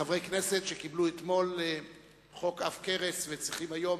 חברי הכנסת קיבלו אתמול חוק עב כרס וצריכים היום